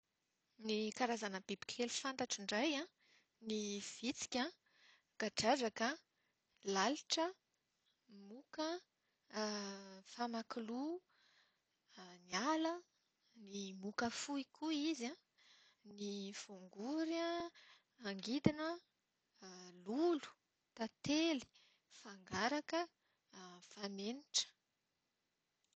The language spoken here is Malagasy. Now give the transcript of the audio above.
Ny karazana bibikely fantatro indray an, ny vitsika, kadradraka, lalitra, moka, famakiloha, ny ala, moka fohy koa izy an, ny voangory, angidina, lolo, tantely, fangaraka, fanenitra